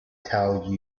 tell